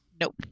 nope